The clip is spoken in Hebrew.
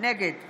נגד